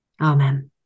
amen